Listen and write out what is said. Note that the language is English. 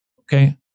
okay